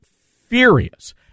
furious